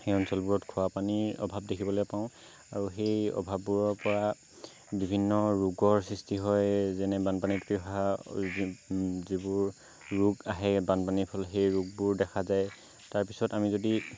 সেই অঞ্চলবোৰত খোৱাপানীৰ অভাৱ দেখিবলৈ পাওঁ আৰু সেই অভাৱবোৰৰ পৰা বিভিন্ন ৰোগৰ সৃষ্টি হয় যেনে বানপানীত উটি অহা যিবোৰ ৰোগ আহে বানপানীৰ ফলত সেই ৰোগবোৰ দেখা যায় তাৰপাছত আমি যদি